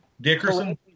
Dickerson